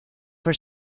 for